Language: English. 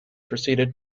proceeded